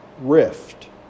rift